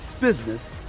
business